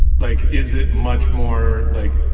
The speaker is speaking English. like, is it much more like,